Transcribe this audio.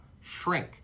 shrink